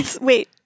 Wait